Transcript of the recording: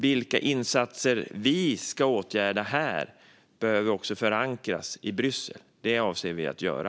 De insatser vi ska göra här behöver också förankras i Bryssel. Det avser vi att göra.